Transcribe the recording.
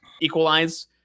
equalize